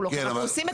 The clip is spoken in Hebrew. אנחנו עושים את זה.